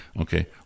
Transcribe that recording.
okay